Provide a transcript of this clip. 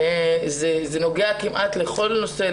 זה נוגע כמעט לכל נושא,